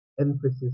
emphasis